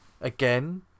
again